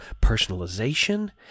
personalization